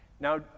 Now